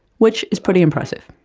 which is pretty impressive,